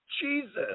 Jesus